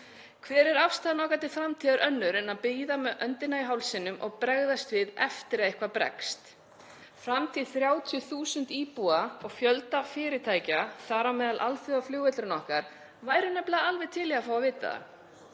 Hver er afstaða okkar til framtíðar önnur en að bíða með öndina í hálsinum og bregðast við eftir að eitthvað bregst? Framtíð 30.000 íbúa og fjöldi fyrirtækja, þar á meðal alþjóðaflugvöllurinn okkar, væri nefnilega alveg til í að fá að vita það.